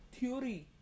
Theory